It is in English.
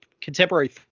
contemporary